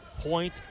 point